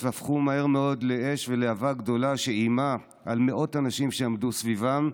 והפכו מהר מאוד לאש ולהבה גדולה שאיימה על מאות אנשים שעמדו סביבם.